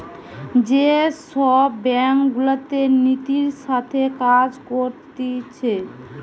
যে সব ব্যাঙ্ক গুলাতে নীতির সাথে কাজ করতিছে